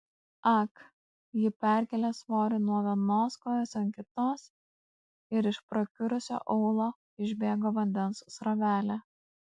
ak ji perkėlė svorį nuo vienos kojos ant kitos ir iš prakiurusio aulo išbėgo vandens srovelė